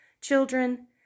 Children